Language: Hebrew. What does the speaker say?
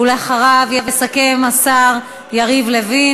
ואחריו יסכם השר יריב לוין,